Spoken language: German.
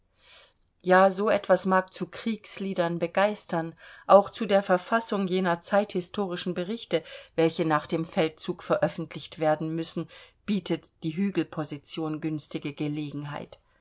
ja so etwas mag zu kriegsliedern begeistern auch zu der verfassung jener zeithistorischen berichte welche nach dem feldzug veröffentlicht werden müssen bietet die hügelposition günstige gelegenheit